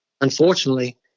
unfortunately